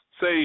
say